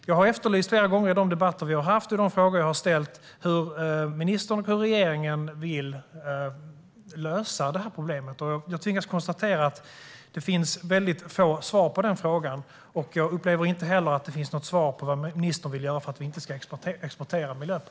Jag har flera gånger i de debatter vi har haft frågat hur ministern och regeringen vill lösa det här problemet. Jag tvingas konstatera att det finns väldigt få svar på den frågan, och jag upplever inte heller att det finns något svar på vad ministern vill göra för att vi inte ska exportera miljöproblem.